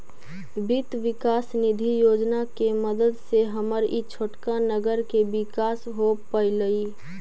वित्त विकास निधि योजना के मदद से हमर ई छोटका नगर के विकास हो पयलई